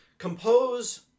compose